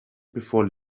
before